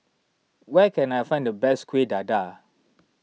where can I find the best Kueh Dadar